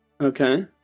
okay